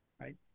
right